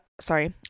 sorry